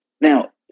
Now